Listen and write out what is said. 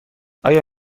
آیا